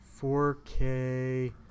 4k